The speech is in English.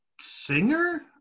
singer